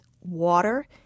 water